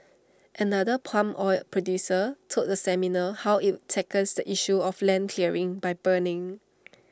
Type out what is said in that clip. another palm oil producer told the seminar how IT tackles the issue of land clearing by burning